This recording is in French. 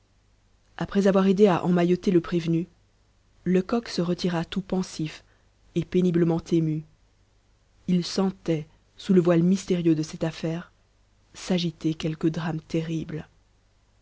après avoir aidé à emmailloter le prévenu lecoq se retira tout pensif et péniblement ému il sentait sous le voile mystérieux de cette affaire s'agiter quelque drame terrible